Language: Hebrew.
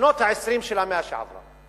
משנות ה-20 של המאה שעברה.